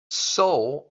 soul